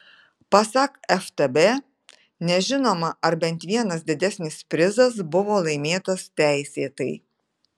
pasak ftb nežinoma ar bent vienas didesnis prizas buvo laimėtas teisėtai